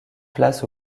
place